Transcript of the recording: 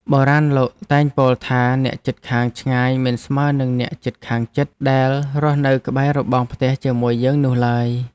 បុរាណលោកតែងពោលថាអ្នកជិតខាងឆ្ងាយមិនស្មើនឹងអ្នកជិតខាងជិតដែលរស់នៅក្បែររបងផ្ទះជាមួយយើងនោះឡើយ។